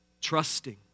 trusting